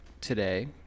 today